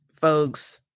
folks